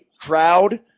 crowd